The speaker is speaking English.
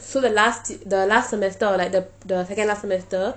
so the last the last semester or like the the second last semester